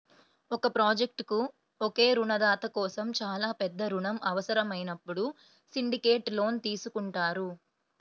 ఒక ప్రాజెక్ట్కు ఒకే రుణదాత కోసం చాలా పెద్ద రుణం అవసరమైనప్పుడు సిండికేట్ లోన్ తీసుకుంటారు